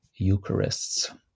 Eucharists